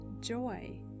joy